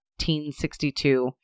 1962